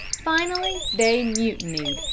finally they mutinied,